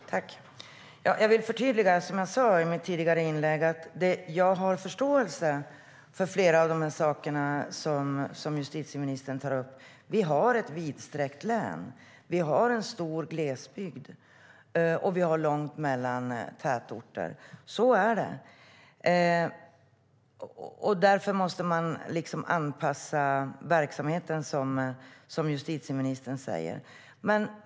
Fru talman! Jag vill förtydliga det jag sagt i tidigare inlägg. Jag har förståelse för flera av de saker som justitieministern tar upp. Vi har ett vidsträckt län och en stor glesbygd, och det är långt mellan tätorterna. Som justitieministern säger måste man anpassa verksamheten till det.